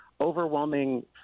overwhelming